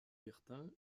bertin